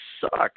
sucks